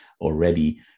already